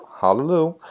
Hallelujah